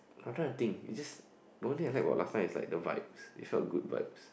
I try to think it just normally I like was last time is like the vibes it felt the Good Vibes